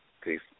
Peace